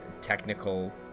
technical